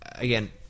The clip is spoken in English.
Again